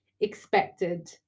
expected